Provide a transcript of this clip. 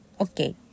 okay